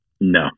no